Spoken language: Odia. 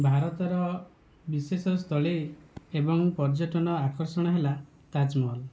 ଭାରତର ବିଶେଷ ସ୍ଥଳୀ ଏବଂ ପର୍ଯ୍ୟଟନ ଆକର୍ଷଣ ହେଲା ତାଜମହଲ